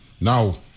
Now